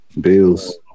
Bills